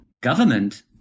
government